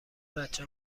بچه